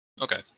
Okay